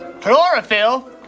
Chlorophyll